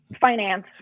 finance